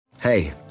Hey